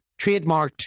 trademarked